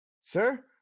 Sir